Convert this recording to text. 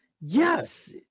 Yes